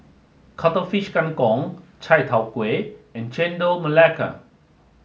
Cuttlefish Kang Kong Chai Tow Kuay and Chendol Melaka